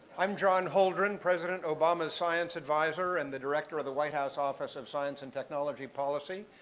i'm john holdren, president obama's science advisor and the director of the white house office of science and technology policy.